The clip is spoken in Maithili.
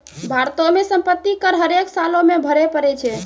भारतो मे सम्पति कर हरेक सालो मे भरे पड़ै छै